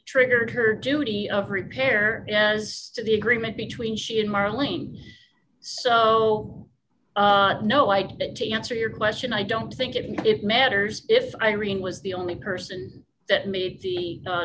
triggered her duty of prepare yes to the agreement between she and marlene so no i did that to answer your question i don't think if it matters if irene was the only person that made the